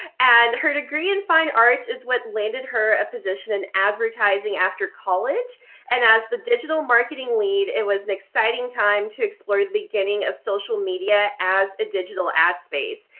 her degree in fine arts is what landed her a position in advertising after college and as the digital marketing lead, it was an exciting time to explore the beginning of social media as a digital ad space.